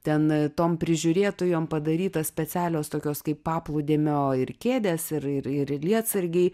ten tom prižiūrėtojom padarytos specialios tokios kaip paplūdimio ir kėdės ir ir ir lietsargiai